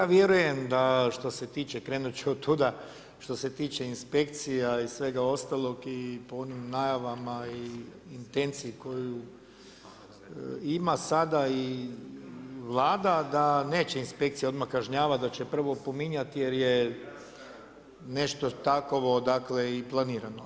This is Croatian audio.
Pa vjeruje da što se tiče krenut ću od toga, što se tiče inspekcija i svega ostalog i po onim najavama i intenciji koju ima sada i Vlada da neće inspekcija odmah kažnjavati da će prvo opominjat jer je nešto takovo i planirano.